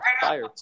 fire